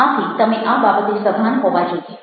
આથી તમે આ બાબતે સભાન હોવો જોઈએ